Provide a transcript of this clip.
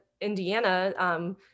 Indiana